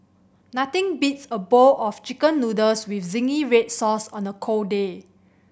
nothing beats a bowl of Chicken Noodles with zingy red sauce on a cold day